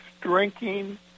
drinking